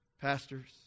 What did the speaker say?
Pastors